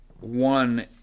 one